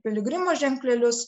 piligrimo ženklelius